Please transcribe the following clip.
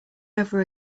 over